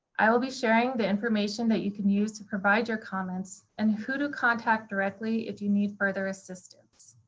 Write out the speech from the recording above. i will be sharing the information that you can use to provide your comments and who to contact directly if you need further assistance.